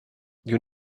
you